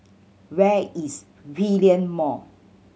where is Hillion Mall